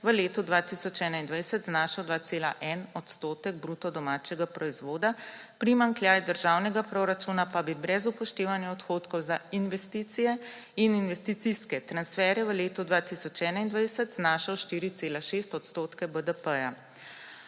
v letu 2021 znašal 2,1 % BDP, primanjkljaj državnega proračuna pa bi brez upoštevanja odhodkov za investicije in investicijske transferje v letu 2021 znašal 4,6 odstotke BDP.